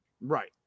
Right